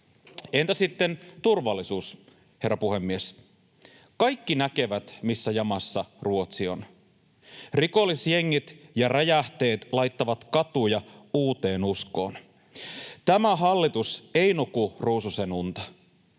Entä sitten turvallisuus, herra puhemies? Kaikki näkevät, missä jamassa Ruotsi on. Rikollisjengit ja räjähteet laittavat katuja uuteen uskoon. Tämä hallitus ei nuku ruususenunta.